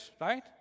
right